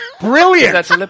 Brilliant